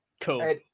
cool